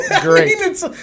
great